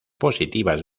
positivas